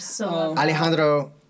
Alejandro